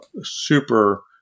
super